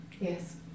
Yes